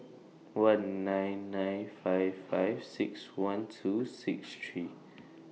one nine nine five five six one two six three